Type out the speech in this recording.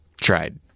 Tried